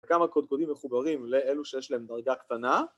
כמה קודקודים מחוברים לאלו שיש להם דרגה קטנה